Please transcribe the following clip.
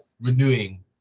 renewing